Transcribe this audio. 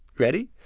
ready?